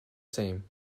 same